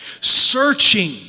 Searching